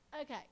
Okay